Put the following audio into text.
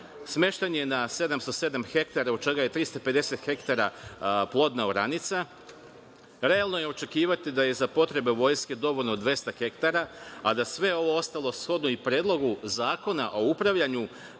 Smešten je na 707 hektara od čega je 350 hektara plodna oranica. Realno je očekivati da je za potrebe vojske dovoljno 200 hektara, a da sve ovo ostalo, a shodno i predlogu Zakona o upravljanju